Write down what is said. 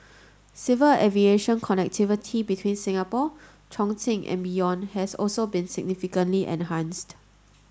civil aviation connectivity between Singapore Chongqing and beyond has also been significantly enhanced